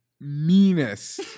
meanest